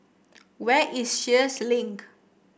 where is Sheares Link